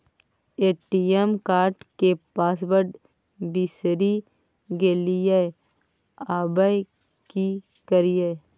ATM card के password बिसरि गेलियै आबय की करियै?